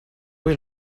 will